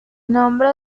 nombre